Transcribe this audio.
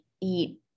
eat